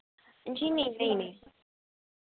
जी ma'am नहीं नहीं